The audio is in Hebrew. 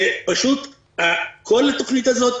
פשוט כל התוכנית הזאת,